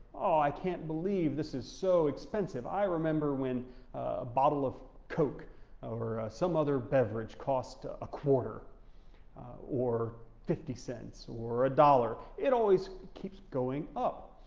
i can't believe this is so expensive, i remember when a bottle of coke or some other beverage cost ah a quarter or fifty cents or one dollars, it always keeps going up.